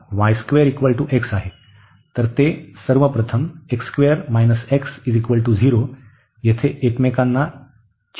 तर ते सर्व प्रथम 0 येथे एकमेकांना छेदतील